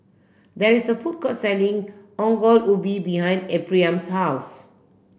there is a food court selling Ongol Ubi behind Ephriam's house